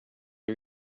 are